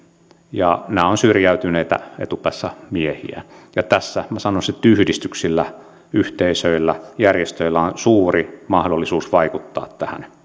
ja he ovat syrjäytyneitä etupäässä miehiä minä sanoisin että yhdistyksillä yhteisöillä ja järjestöillä on suuri mahdollisuus vaikuttaa tähän